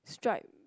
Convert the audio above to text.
stripe